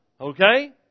Okay